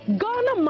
Ghana